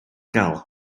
gael